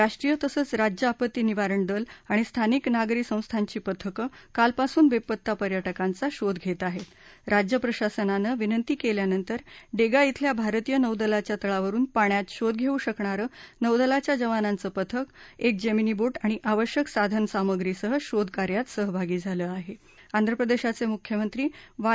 राष्ट्रीय तसंच राज्य आपत्ती निवारण दल आणि स्थानिक नागरी संस्थांची पथकं कालपासूनबद्धती पर्यटकांचा शोध घट्ती आहवी राज्य प्रशासनानं विनंती कल्यानंतर डग्ती धिल्या भारतीय नौदलाच्या तळावरून पाण्यात शोध घस्क शकणारं नौदलाच्या जवानांचं पथक एक जस्मिनी बोट आणि आवश्यक साधन सामग्रीसह शोधकार्यात सहभागी झालं आहआंध्रप्रदर्शच मुख्यमंत्री वाय